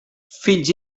fills